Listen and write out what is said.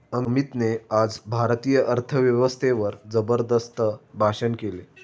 अमितने आज भारतीय अर्थव्यवस्थेवर जबरदस्त भाषण केले